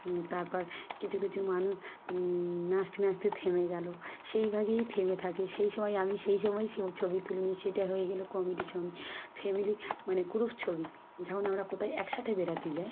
তারপর কিছু কিছু মানুষ নাচতে নাচতে থেমে গেলো সেইভাবেই থেমে থাকে সেই সময় আমি সেই সময়ই সে ছবি তুলে নিই সেটা হয়ে গেলো কমেডির সঙ্গে ফ্যামিলি মানে গ্রুপ ছবি যেমন আমরা কোথাও একসাথে বেড়াতে যাই